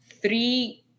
three